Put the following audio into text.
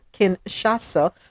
Kinshasa